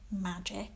magic